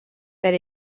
per